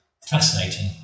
fascinating